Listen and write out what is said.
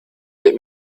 let